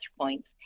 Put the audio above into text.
points